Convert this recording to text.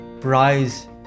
prize